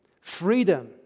freedom